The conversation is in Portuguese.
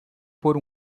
por